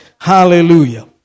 Hallelujah